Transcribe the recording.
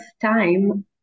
time